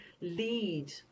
lead